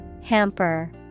Hamper